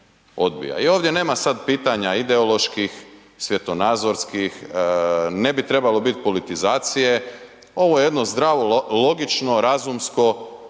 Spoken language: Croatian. i ovdje nema sad pitanja ideoloških, svjetonazorskih, ne bi trebalo biti politizacije, ovo je jedno zdravo, logično, razumsko